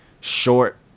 short